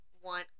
one